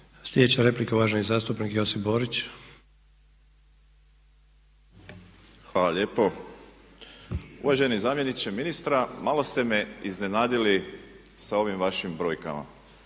Slijedeća replika uvaženi zastupnik Josip Borić. **Borić, Josip (HDZ)** Hvala lijepo. Uvaženi zamjeniče ministra malo ste me iznenadili sa ovim vašim brojkama.